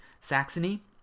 Saxony